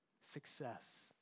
success